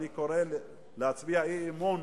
אני קורא להצביע אי-אמון